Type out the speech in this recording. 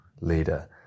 leader